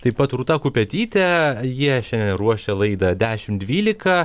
taip pat rūta kupetyte jie šiandien ruošia laidą dešimt dvylika